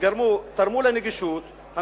תרמו לנגישות,